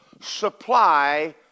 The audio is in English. supply